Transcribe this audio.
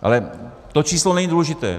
Ale to číslo není důležité.